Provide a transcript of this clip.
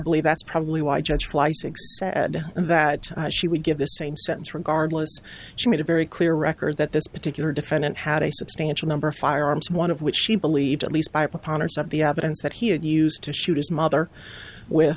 believe that's probably why judge fly six and that she would give the same sentence regardless she made a very clear record that this particular defendant had a substantial number of firearms one of which she believed at least by a preponderance of the evidence that he had used to shoot his mother with